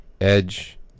Edge